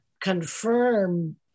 confirm